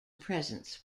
presence